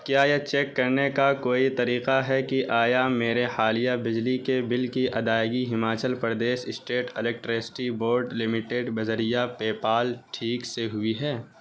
کیا یہ چیک کرنے کا کوئی طریقہ ہے کہ آیا میرے حالیہ بجلی کے بل کی ادائیگی Himachal Pradesh state electricity board limited بذریعہ پے پال ٹھیک سے ہوئی ہے